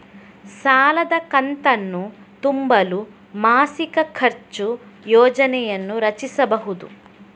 ಸಾಲದ ಕಂತನ್ನು ತುಂಬಲು ಮಾಸಿಕ ಖರ್ಚು ಯೋಜನೆಯನ್ನು ರಚಿಸಿಬಹುದು